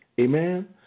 Amen